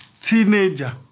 Teenager